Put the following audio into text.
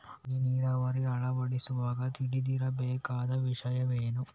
ಹನಿ ನೀರಾವರಿ ಅಳವಡಿಸುವಾಗ ತಿಳಿದಿರಬೇಕಾದ ವಿಷಯವೇನು?